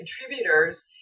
contributors